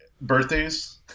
birthdays